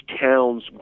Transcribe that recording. town's